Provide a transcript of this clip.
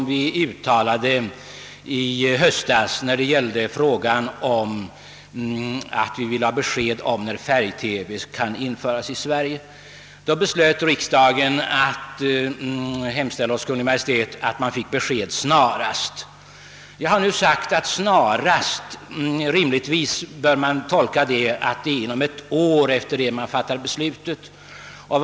När vi i höstas diskuterade frågan om när färg-TV kunde införas i Sverige, beslöt riksdagen att hemställa hos Kungl. Maj:t om besked snarast. Jag har sagt att detta »snarast» rimligtvis bör tolkas som inom ett år efter det beslutet fattats.